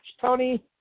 Tony